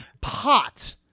pot